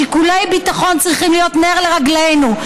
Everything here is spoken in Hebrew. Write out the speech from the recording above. שיקולי ביטחון צריכים להיות נר לרגלינו.